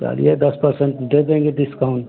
चलिए दस परसेंत दे देंगे दिस्काउन